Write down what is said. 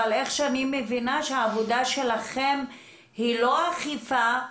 אבל אני מבינה שהעבודה שלכם היא לא אכיפה,